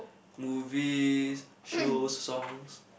movies shows songs